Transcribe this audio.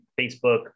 Facebook